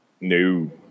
No